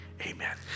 Amen